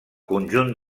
conjunt